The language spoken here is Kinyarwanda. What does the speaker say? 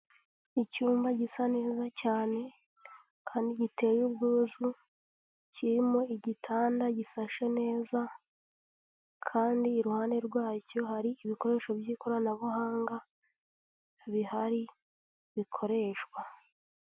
Icyumba gisa neza cyane kandi giteye ubwuzu kirimo igitanda gisashe neza kandi iruhande rwacyo hari ibikoresho by'ikoranabuhanga bihari, bikoreshwa.